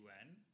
UN